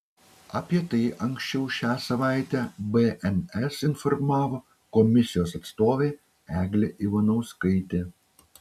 apie tai anksčiau šią savaitę bns informavo komisijos atstovė eglė ivanauskaitė